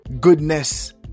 goodness